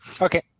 Okay